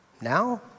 Now